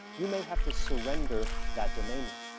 you may have to surrender that domain name.